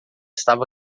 estava